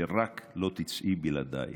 // שרק לא תצאי בלעדייך".